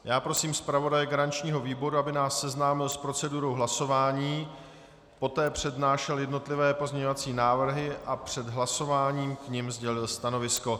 Já prosím zpravodaje garančního výboru, aby nás seznámil s procedurou hlasování, poté přednášel jednotlivé pozměňovací návrhy a před hlasováním k nim sdělil stanovisko.